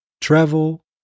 travel